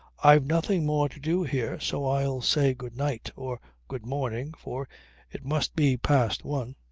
i've nothing more to do here, so i'll say good-night or good morning, for it must be past one.